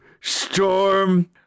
Storm